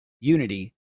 Unity